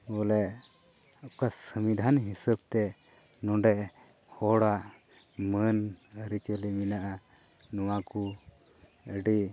ᱵᱚᱞᱮ ᱚᱠᱟ ᱥᱚᱝᱵᱤᱫᱷᱟᱱ ᱦᱤᱥᱟᱹᱵᱽᱛᱮ ᱱᱚᱸᱰᱮ ᱦᱚᱲᱟᱜ ᱢᱟᱹᱱ ᱟᱹᱨᱤᱪᱟᱹᱞᱤ ᱢᱮᱱᱟᱜᱼᱟ ᱱᱚᱣᱟ ᱠᱚ ᱟᱹᱰᱤ